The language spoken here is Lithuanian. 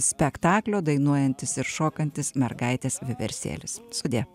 spektaklio dainuojantis ir šokantis mergaitės vieversėlis sudie